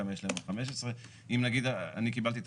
כמה יש להם עוד 15. אם נגיד אני קיבלתי את